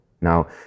Now